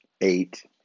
eight